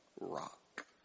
rock